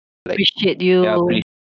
appreciate you